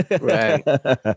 Right